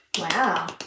Wow